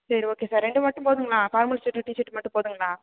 சேரி okay sir ரெண்டு மட்டும் போதுங்களா ஃபார்மல் ஷேர்ட்டு டீ ஷேர்ட்டு மட்டும் போதுங்களா